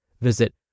Visit